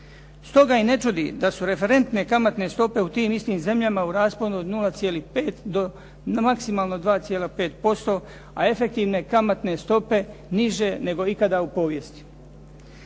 Stoga i ne čudi da su referentne kamatne stope u tim istim zemljama u rasponu od 0,5 do maksimalno 2,5% a efektivne kamatne stope niže nego ikada u povijesti.